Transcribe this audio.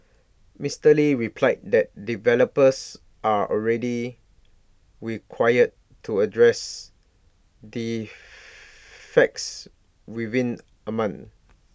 Mister lee replied that developers are already required to address defects within A month